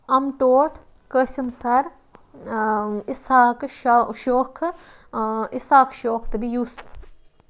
اَمہ ٹوٹھ قٲسِم سَر اِسحاقہ شَو شوکھٕ اِسحاق شوکھٕ تہٕ بیٚیہِ یوسُف